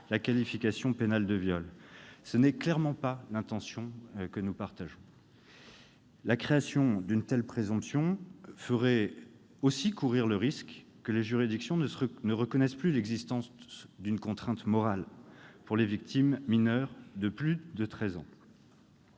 la qualification pénale de viol. Or telle n'est pas notre intention. La création d'une telle présomption ferait aussi courir le risque que les juridictions ne reconnaissent plus l'existence d'une contrainte morale pour les victimes mineures de plus de treize ans.